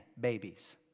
babies